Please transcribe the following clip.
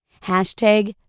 Hashtag